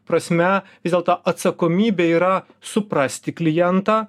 prasme vis dėlto atsakomybė yra suprasti klientą